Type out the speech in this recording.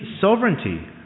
sovereignty